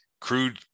crude